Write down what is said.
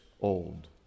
old